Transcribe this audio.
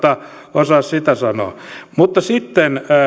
osaa sitä sanoa mutta sitten